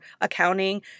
accounting